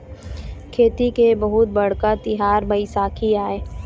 खेती के बहुत बड़का तिहार बइसाखी आय